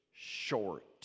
short